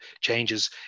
changes